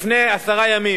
לפני עשרה ימים